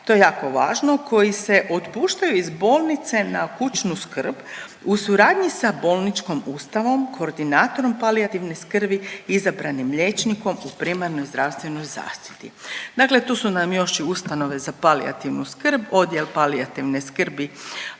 koji se otpuštaju iz bolnice na kućnu skrb u suradnji sa bolničkom ustanovom, koordinatorom palijativne skrbi, izabranim liječnikom u primarnoj zdravstvenoj zaštiti. Dakle, tu su nam još i ustanove za palijativnu skrbi, odjel palijativne skrbi,